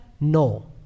No